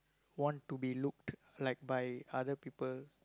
one to be looked like by other people